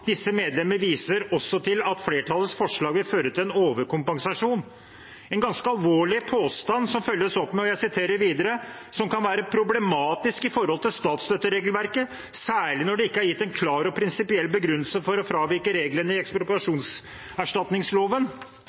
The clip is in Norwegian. medlemmer viser også til at flertallets forslag vil føre til en overkompensasjon». Det er en ganske alvorlig påstand, som følges opp med «som kan være problematisk i forhold til statsstøtteregelverket, særlig når det ikke er gitt en klar og prinsipiell begrunnelse for å fravike reglene i